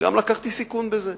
וגם לקחתי סיכון בזה,